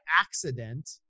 accident